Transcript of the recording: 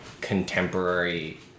contemporary